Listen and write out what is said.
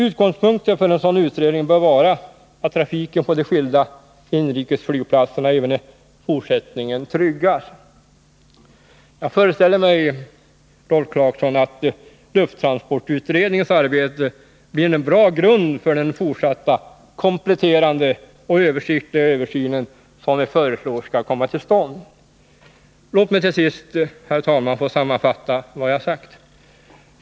Utgångspunkten för en sådan utredning bör vara att trafiken på de skilda inrikesflygplatserna även i fortsättningen tryggas. Jag föreställer mig, Rolf Clarkson, att lufttransportutredningens arbete blir en bra grund för den fortsatta kompletterande och översiktliga översyn som vi föreslår skall komma till stånd. Låt mig till sist få sammanfatta vad jag sagt.